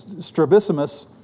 strabismus